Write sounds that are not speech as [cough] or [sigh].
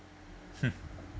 [laughs]